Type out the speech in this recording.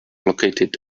located